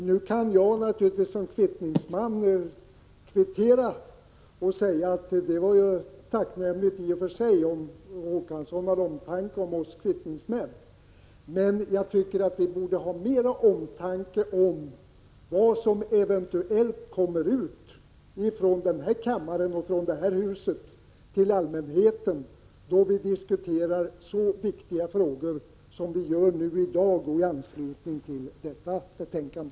Jag kan som kvittningsman naturligtvis kvittera med att säga att det är i och för sig tacknämligt om Per Olof Håkansson har omtanke om oss kvittningsmän, men jag tycker att vi borde ha större omtanke om vad som eventuellt kommer ut till allmänheten från den här kammaren och det här huset då vi diskuterar så viktiga frågor som vi gör i dag i anslutning till detta betänkande.